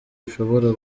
ushobora